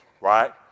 right